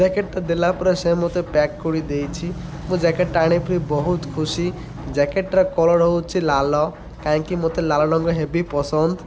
ଜ୍ୟାକେଟ୍ଟା ଦେଲା ପରେ ସେ ମୋତେ ପ୍ୟାକ୍ କରି ଦେଇଛି ମୋ ଜ୍ୟାକେଟ୍ଟା ଆଣିକରି ବହୁତ ଖୁସି ଜ୍ୟାକେଟ୍ର କଲର୍ ହେଉଛି ଲାଲ କାହିଁକି ମୋତେ ଲାଲ ଲଙ୍ଗ ହେବି ପସନ୍ଦ